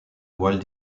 walt